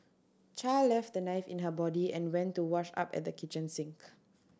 Char left the knife in her body and went to wash up at the kitchen sink